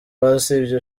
basibye